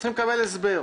צריכים לקבל הסבר.